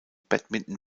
badminton